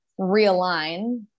realign